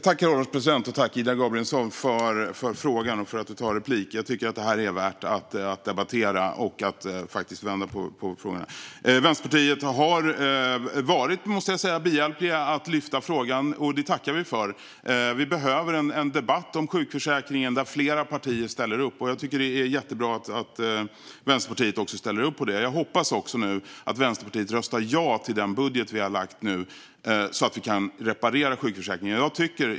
Herr ålderspresident! Tack, Ida Gabrielsson, för frågan och för att du begär replik! Jag tycker att det här är värt att debattera och att vi ska vrida och vända på frågorna. Jag måste säga att Vänsterpartiet har varit behjälpligt i att lyfta frågan. Det tackar vi för. Vi behöver en debatt om sjukförsäkringen där flera partier ställer upp. Jag tycker att det är jättebra att också Vänsterpartiet ställer upp på det, och jag hoppas nu att Vänsterpartiet röstar ja till den budget vi har lagt fram så att vi kan reparera sjukförsäkringen.